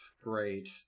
Great